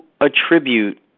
attribute